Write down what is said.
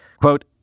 Quote